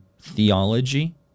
theology